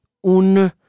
un